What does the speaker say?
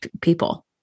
people